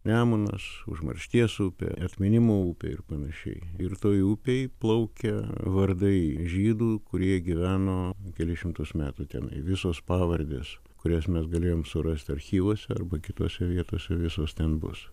nemunas užmaršties upė atminimo upė ir panašiai ir toj upėj plaukia vardai žydų kurie gyveno kelis šimtus metų tenai visos pavardės kurias mes galėjom surast archyvuose arba kitose vietose visos ten bus